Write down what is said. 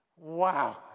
Wow